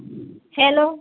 hello